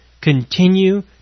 continue